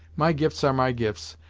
my gifts are my gifts,